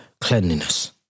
cleanliness